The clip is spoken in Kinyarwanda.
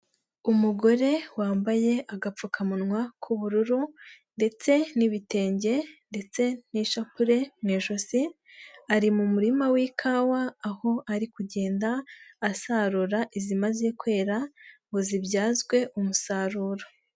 Umugore wambaye agapfukamunwa k'ubururu ndetse n'ibitenge ndetse n'ishapule mu ijosi, ari mu murima w'ikawa aho ari kugenda asarura izimaze kwera ngo zibyazwe umusaruro.